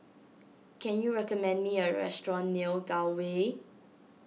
can you recommend me a restaurant near Gul Way